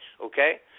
okay